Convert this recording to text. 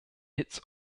its